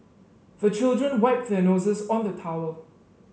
the children wipe their noses on the towel